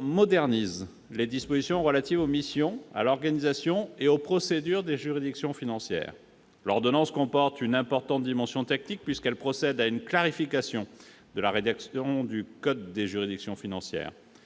modernise les dispositions relatives aux missions, à l'organisation et aux procédures des juridictions financières. L'ordonnance comporte une importante dimension technique puisqu'elle procède à une clarification de la rédaction du code des juridictions financières.